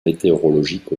météorologiques